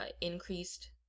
increased